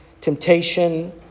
temptation